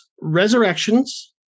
Resurrections